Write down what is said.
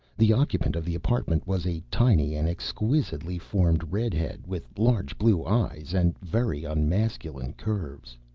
the occupant of the apartment was a tiny and exquisitely formed redhead with large blue eyes and very unmasculine curves!